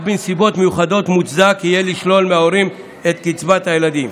רק בנסיבות מיוחדות מוצדק יהיה לשלול מההורים את קצבת הילדים.